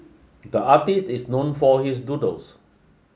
the artist is known for his doodles